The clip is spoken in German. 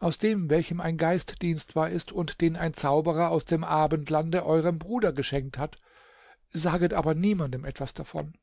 aus dem welchem ein geist dienstbar ist und den ein zauberer aus dem abendlande eurem bruder geschenkt hat saget aber niemanden etwas davon